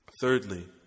Thirdly